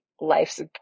life's